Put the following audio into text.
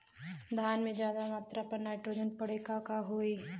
धान में ज्यादा मात्रा पर नाइट्रोजन पड़े पर का होई?